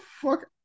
fuck